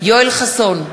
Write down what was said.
יואל חסון,